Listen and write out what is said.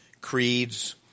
creeds